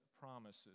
promises